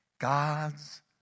God's